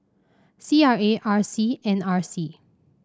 C R A R C and R C